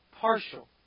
partial